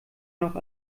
noch